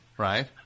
Right